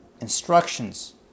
instructions